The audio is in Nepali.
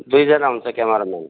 दुईजना हुन्छ क्यामारामेन